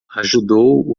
ajudou